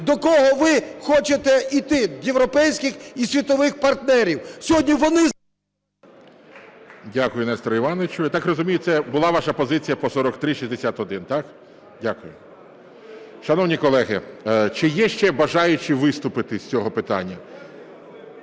до кого ви хочете йти – європейських і світових партнерів. Сьогодні вони… ГОЛОВУЮЧИЙ. Дякую, Нестор Іванович. Ви… Так розумію, це була ваша позиція по 4361, так? Дякую. Шановні колеги, чи є ще бажаючі виступити з цього питання?